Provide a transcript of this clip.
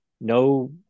No